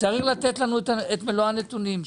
צריכים לתת לנו את מלוא הנתונים.